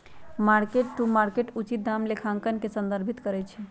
mark to market उचित दाम लेखांकन के संदर्भित करइ छै